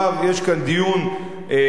יש כאן דיון עקרוני,